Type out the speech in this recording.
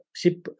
ship